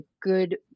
good